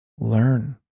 learn